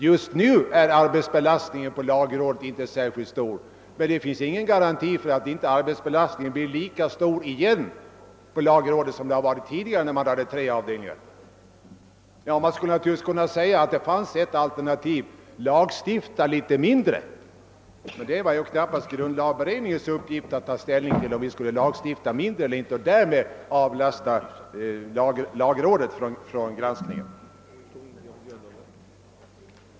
Just nu är arbetsbelastningen på lagrådet inte särskilt stor, men det finns ingen garanti för att inte arbetsbelastningen på lagrådet blir lika stor som tidigare då man hade tre avdelningar. Man skulle naturligtvis kunna säga att det finns ett alternativ: lagstifta litet mindre. Men det var knappast grundlagberedningens uppgift att ta ställning till om vi skall lagstifta mindre och därmed befria lagrådet från arbetsbelastningen.